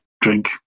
drink